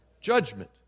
Judgment